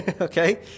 okay